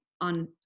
on